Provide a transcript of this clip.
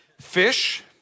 Fish